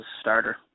starter